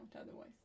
otherwise